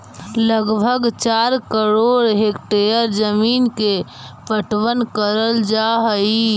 लगभग चार करोड़ हेक्टेयर जमींन के पटवन करल जा हई